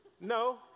No